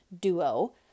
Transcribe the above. duo